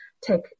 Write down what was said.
take